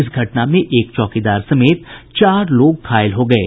इस घटना में एक चौकीदार समेत चार लोग घायल हो गये